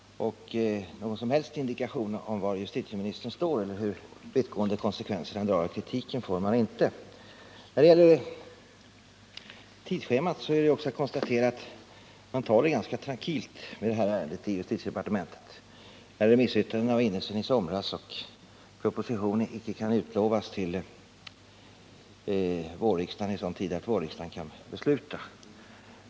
Någon som helst indikation om var justitieministern står eller hur vittgående konsekvenser han drar av kritiken får man inte. När det gäller tidsschemat är det också konstaterat att man tar det ganska trankilt med det här ärendet i justitiedepartementet. Remissyttrandena har varit inne sedan i somras, och proposition kan icke utlovas i sådan tid under våren att riksmötet kan fatta beslut.